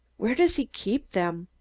where does he keep them?